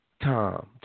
Tom